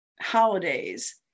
holidays